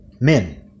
men